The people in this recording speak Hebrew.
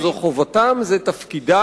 זכותם, זו חובתם, זה תפקידם,